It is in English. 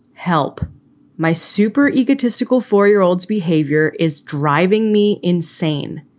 help my super egotistical four year old's behavior is driving me insane.